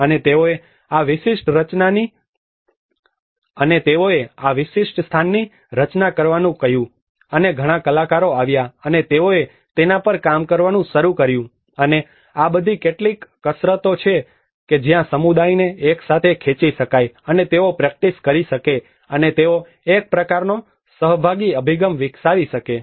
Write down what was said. અને તેઓએ આ વિશિષ્ટ સ્થાનની રચના કરવાનું કહ્યું અને ઘણા કલાકારો આવ્યા અને તેઓએ તેના પર કામ કરવાનું શરૂ કર્યું અને આ બધી કેટલીક કસરતો છે કે જ્યાં સમુદાયને એક સાથે ખેંચી શકાય અને તેઓ પ્રેક્ટિસ કરી શકે છે અને તેઓ એક પ્રકારનો સહભાગી અભિગમ વિકસાવી શકે છે